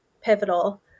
Pivotal